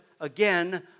again